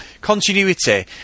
continuity